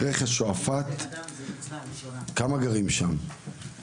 רכס שועפט, כמה גרים שם?